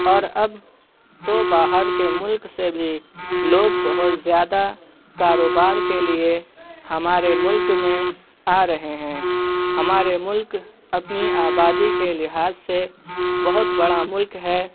اور اب تو باہر کے ملک سے بھی لوگ بہت زیادہ کاروبار کے لیے ہمارے ملک میں آ رہے ہیں ہمارے ملک اپنی آبادی کے لحاظ سے بہت بڑا ملک ہے